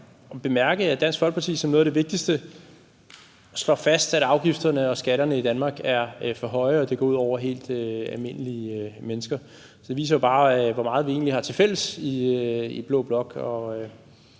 at bemærke, at Dansk Folkeparti som noget af det vigtigste slår fast, at afgifterne og skatterne i Danmark er for høje, og at det går ud over helt almindelige mennesker. Det viser jo bare, hvor meget vi egentlig har tilfælles i blå blok, og